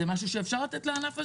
זה משהו שאפשר לתת לענף הזה?